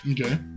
Okay